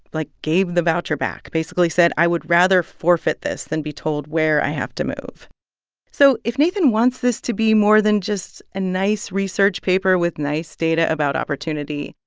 like, gave the voucher back, basically said, i would rather forfeit this than be told where i have to move so if nathan wants this to be more than just a nice research paper with nice data about opportunity,